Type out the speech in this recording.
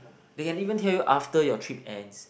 they can even tell you after your trip ends